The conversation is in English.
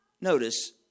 Notice